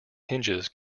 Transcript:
hinges